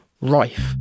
rife